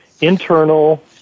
internal